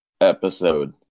episode